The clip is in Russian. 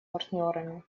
партнерами